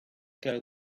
guy